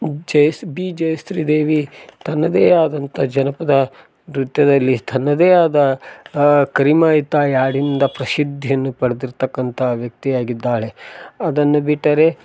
JS B Jayashree Devi ತನ್ನದೆ ಆದಂತ ಜನಪದ ನೃತ್ಯದಲ್ಲಿ ತನ್ನದೆ ಆದ ಕರಿಮಾಯಿತಾಯಿ ಹಾಡಿನಿಂದ ಪ್ರಸಿದ್ಧಿಯನ್ನು ಪಡೆದಿರ್ತಕ್ಕಂತ ವ್ಯಕ್ತಿ ಆಗಿದ್ದಾಳೆ ಅದನ್ನು ಬಿಟ್ಟರೆ